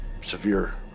severe